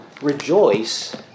rejoice